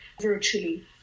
virtually